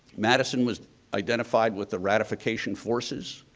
madison was identified with the ratification forces.